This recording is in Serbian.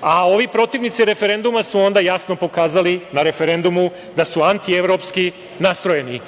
a ovi protivnici referenduma su onda jasno pokazali na referendumu da su anti-evropski nastrojeni.